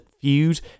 feud